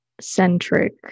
centric